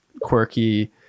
quirky